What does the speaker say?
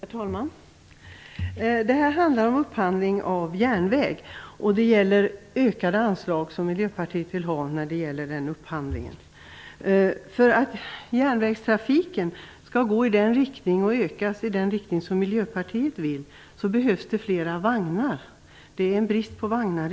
Herr talman! Det handlar nu om upphandling av järnväg. Miljöpartiet vill öka anslagen för den upphandlingen. För att järnvägstrafiken skall ökas i sådan omfattning som Miljöpartiet vill behövs flera vagnar. I dag är det brist på vagnar.